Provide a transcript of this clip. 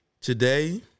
today